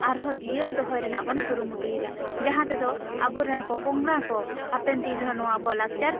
ᱟᱨᱦᱚ ᱡᱤᱭᱟᱹᱲ ᱫᱚᱦᱚᱭ ᱨᱮᱱᱟᱜ ᱵᱚᱱ ᱠᱩᱨᱩᱢᱩᱭᱮᱫᱟ ᱡᱟᱦᱟᱸ ᱛᱮᱫᱚ ᱟᱵᱚ ᱨᱮᱱ ᱯᱚᱯᱚᱝᱲᱟ ᱠᱚ ᱦᱟᱯᱮᱱ ᱫᱤᱱ ᱨᱮᱦᱚᱸ ᱱᱚᱣᱟ ᱟᱵᱚᱣᱟᱜ ᱞᱟᱠᱪᱟᱨ